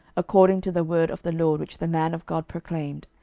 according to the word of the lord which the man of god proclaimed,